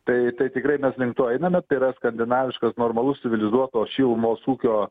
tai tai tikrai mes link to einame tai yra skandinaviškas normalus civilizuoto šilumos ūkio